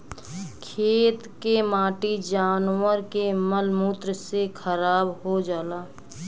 खेत के माटी जानवर के मल मूत्र से खराब हो जाला